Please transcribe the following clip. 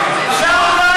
חבר הכנסת מיקי לוי.